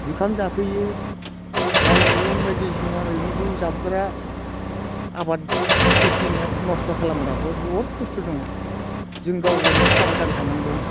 जुखाम जाफैयो लाइ मैगं बायदिसिना मैगंखौ जाफैग्रा आबाद खिथि नस्थ' खालामग्राखौ बहुद बस्थु दङ जों गाव गावनो साबदान थानांगौ